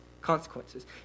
consequences